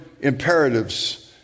imperatives